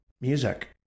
music